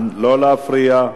לא להפריע.